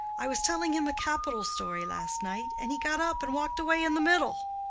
i was telling him a capital story last night, and he got up and walked away in the middle.